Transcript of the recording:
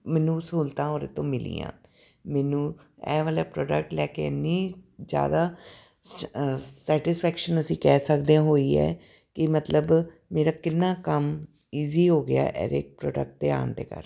ਮੈਨੂੰ ਸਹੂਲਤਾਂ ਉਹਦੇ ਤੋਂ ਮਿਲੀਆਂ ਮੈਨੂੰ ਇਹ ਵਾਲਾ ਪ੍ਰੋਡਕਟ ਲੈ ਕੇ ਇੰਨੀ ਜ਼ਿਆਦਾ ਸੈਟਿਸਫੈਕਸ਼ਨ ਅਸੀਂ ਕਹਿ ਸਕਦੇ ਹਾਂ ਹੋਈ ਹੈ ਕਿ ਮਤਲਬ ਮੇਰਾ ਕਿੰਨਾ ਕੰਮ ਈਜ਼ੀ ਹੋ ਗਿਆ ਇਹਦੇ ਪ੍ਰੋਡਕਟ ਦੇ ਆਉਣ ਦੇ ਕਾਰਨ